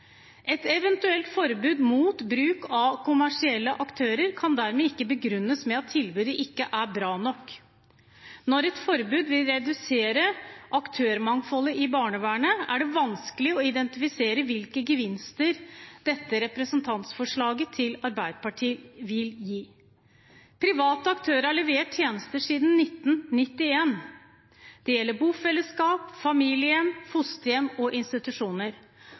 Et eventuelt forbud mot bruk av kommersielle aktører kan dermed ikke begrunnes med at tilbudet ikke er bra nok. Når et forbud vil redusere aktørmangfoldet i barnevernet, er det vanskelig å identifisere hvilke gevinster representantforslaget fra Arbeiderpartiet vil gi. Private aktører har levert tjenester siden 1991. Det gjelder bofellesskap, familiehjem, fosterhjem og institusjoner.